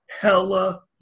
hella